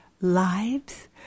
lives